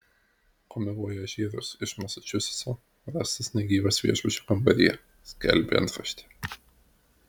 komivojažierius iš masačusetso rastas negyvas viešbučio kambaryje skelbė antraštė